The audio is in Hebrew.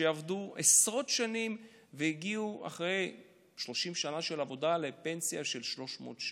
שעבדו עשרות שנים והגיעו אחרי 30 שנה של עבודה לפנסיה של 300 שקל.